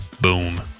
Boom